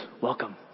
welcome